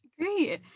great